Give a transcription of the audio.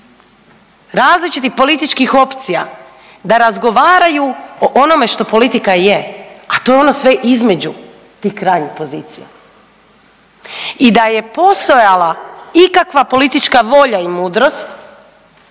različitih političkih opcija da razgovaraju o onome što politika je, a to je ono sve između tih krajnjih pozicija. I da je postojala ikakva politička volja i mudrost